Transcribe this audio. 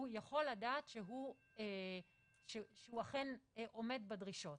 הוא יכול לדעת שהוא אכן עומד בדרישות.